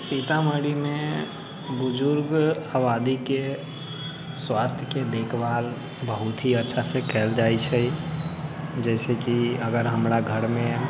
सीतामढ़ीमे बुजुर्ग आबादीके स्वास्थ्यके देखभाल बहुत ही अच्छासँ कएल जाइ छै जइसेकि अगर हमरा घरमे